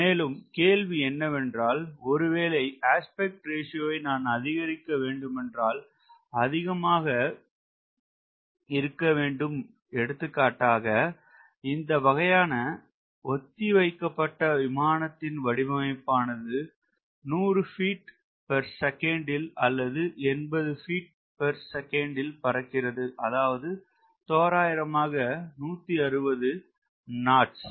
மேலும் கேள்வி என்னவென்றால் ஒருவேளை ஆஸ்பெக்ட் ரேஷியோவை நான் அதிகரிக்க வேண்டுமென்றால் அதிகமாக இருக்க வேண்டும் எடுத்துக்காட்டாக இந்த வகையான ஒத்திவைக்கப்பட்ட விமானத்தின் வடிவமைப்பானது 100 பீட் பெர் செகண்ட் ல் அல்லது 80 பீட் பெர் செகண்ட் ல் பறக்கிறது அதாவது தோராயமாக 160 நாட்ஸ்